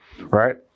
Right